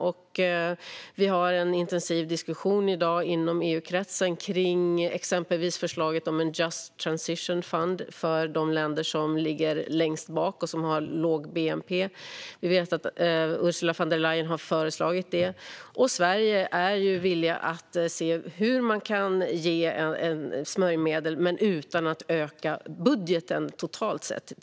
Vi har i dag en intensiv diskussion inom EU-kretsen kring exempelvis Ursula von der Leyens förslag om en just transition fund för de länder som ligger sist och som har låg bnp. Sverige är villigt att se hur man kan ge smörjmedel men utan att öka budgeten i EU totalt sett.